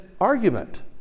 argument